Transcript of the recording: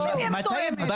ברור שאני אהיה מתואמת.